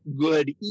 good